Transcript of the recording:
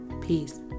Peace